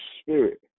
spirit